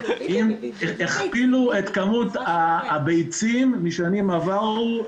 -- הכפילו את כמות הביצים משנים עברו,